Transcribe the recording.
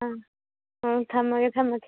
ꯑꯥ ꯑꯥ ꯊꯝꯂꯒꯦ ꯊꯝꯂꯒꯦ